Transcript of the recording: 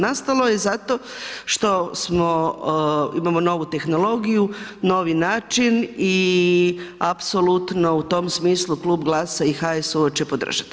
Nastalo je zato što imamo novu tehnologiju, novi način i apsolutno u tom smislu klub GLAS-a i HSU-a će podržat.